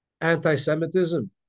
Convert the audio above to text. anti-Semitism